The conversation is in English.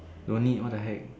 don't need what the heck